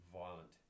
violent